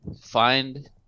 Find